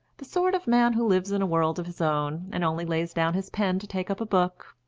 the sort of man who lives in a world of his own, and only lays down his pen to take up a book.